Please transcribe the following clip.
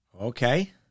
Okay